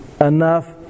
enough